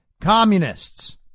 communists